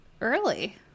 early